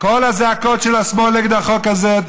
כל הזעקות של השמאל נגד החוק הזה,